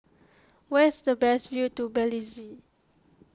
where is the best view to Belize